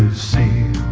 c